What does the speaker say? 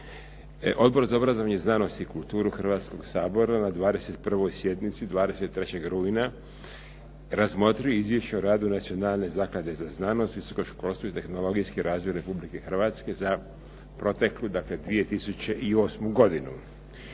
Odbor za obrazovanje, znanost i kulturu Hrvatskoga sabora na 21. sjednici 23. rujna razmotrio je Izvješće o radu Nacionalne zaklade za znanost, visoko školstvo i tehnologijski razvoj Republike Hrvatske za proteklu dakle 2008. godinu